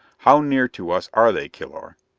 how near to us are they, kilor?